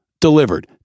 delivered